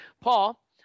Paul